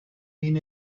mean